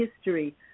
history